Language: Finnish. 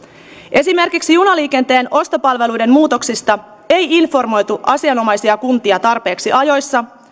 esimerkiksi junaliikenteen ostopalveluiden muutoksista ei informoitu asianomaisia kuntia tarpeeksi ajoissa